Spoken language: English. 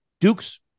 Duke's